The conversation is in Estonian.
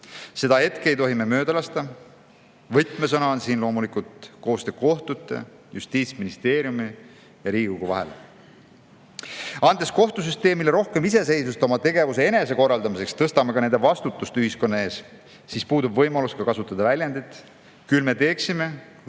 Seda hetke ei tohi mööda lasta. Võtmesõna on siin loomulikult koostöö kohtute, Justiitsministeeriumi ja Riigikogu vahel. Andes kohtusüsteemile rohkem iseseisvust oma tegevuse korraldamiseks, tõstame ka nende vastutust ühiskonna ees. Siis puudub võimalus kasutada väljendit: küll me teeksime, kui